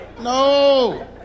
no